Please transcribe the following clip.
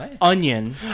Onion